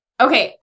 Okay